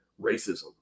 racism